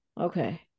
okay